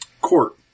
court